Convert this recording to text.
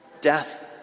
Death